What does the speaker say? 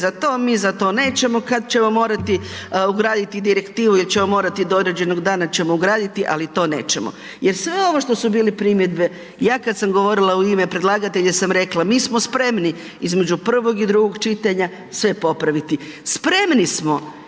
za to, mi za to nećemo, kad ćemo morati ugraditi direktivu jer ćemo morati do određenog dana ćemo ugraditi, ali to nećemo. Jer sve ovo što su bili primjedbe ja kad sam govorila u ime predlagatelja sam rekla, mi smo spremni između prvog i drugog čitanja sve popraviti. Spremni smo